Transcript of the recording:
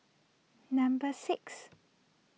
number six